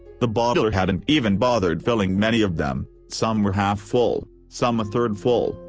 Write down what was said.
the bottler hadn't even bothered filling many of them some were half full, some a third full,